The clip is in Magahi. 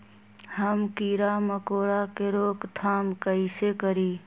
हम किरा मकोरा के रोक थाम कईसे करी?